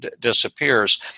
disappears